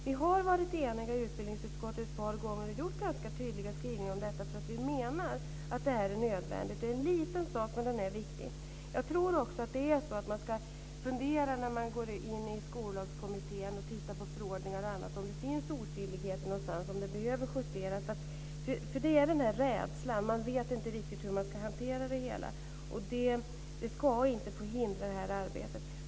Vi har varit eniga i utbildningsutskottet ett par gånger och gjort ganska tydliga skrivningar om detta, för vi menar att det är nödvändigt. Det är en liten sak, men den är viktig. Jag tror också att man, när man går in i skollagskommittén och tittar på förordningar, t.ex., ska titta på om det finns otydligheter någonstans och om det behöver justeras. Det finns en rädsla. De vet inte riktigt hur de ska hantera det, och det ska inte få hindra detta arbete.